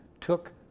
took